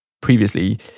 previously